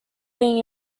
being